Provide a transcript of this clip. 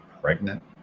pregnant